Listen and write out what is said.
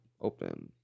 Open